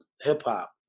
hip-hop